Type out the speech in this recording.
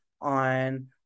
on